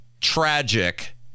tragic